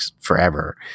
forever